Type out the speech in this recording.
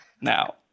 Now